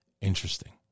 Interesting